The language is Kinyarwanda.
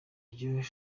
ryo